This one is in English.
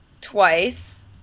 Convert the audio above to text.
twice